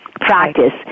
practice